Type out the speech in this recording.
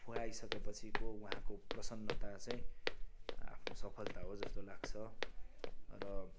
खुवाइसकेपछिको उहाँको प्रसन्नता चाहिँ आफ्नो सफलता हो जस्तो लाग्छ र